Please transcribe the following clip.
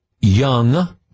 young